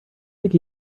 think